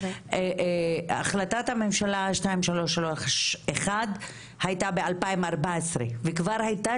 החלטת הממשלה 2331 הייתה ב-2014 וכבר הייתה